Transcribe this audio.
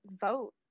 vote